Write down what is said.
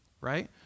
right